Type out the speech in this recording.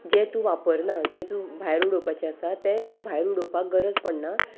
जें तूं वापरना जें तूं भायर उडोवपाचें आसा तें तुका भायर उडोवपाक गरज पडना